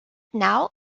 now